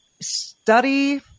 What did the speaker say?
study